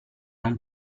non